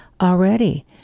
already